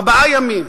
ארבעה ימים.